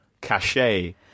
cachet